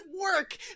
work